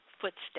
footsteps